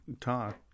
talk